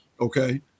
Okay